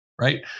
right